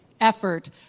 effort